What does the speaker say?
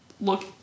look